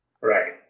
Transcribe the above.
Right